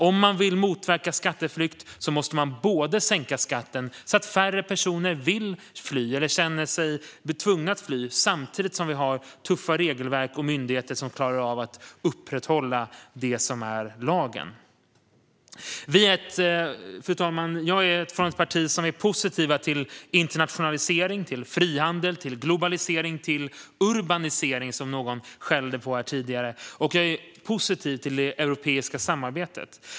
Om vi vill motverka skatteflykt måste vi både sänka skatten så att färre personer vill fly, eller blir tvungna att fly, och ha tuffa regelverk och myndigheter som klarar av att upprätthålla lagen. Fru talman! Jag tillhör ett parti som är positivt till internationalisering, till frihandel, till globalisering och även till urbanisering, som någon skällde på här tidigare. Jag är även positiv till det europeiska samarbetet.